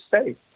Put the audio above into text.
state